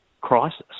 crisis